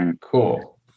Cool